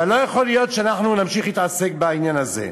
אבל לא יכול להיות שאנחנו נמשיך להתעסק בעניין הזה.